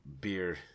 beer